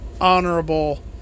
honorable